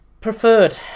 preferred